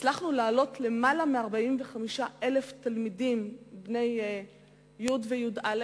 הצלחנו להעלות למעלה מ-45,000 תלמידים מכיתות י' וי"א,